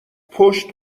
پشت